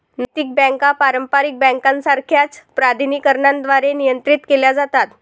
नैतिक बँका पारंपारिक बँकांसारख्याच प्राधिकरणांद्वारे नियंत्रित केल्या जातात